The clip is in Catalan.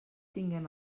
tinguem